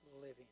living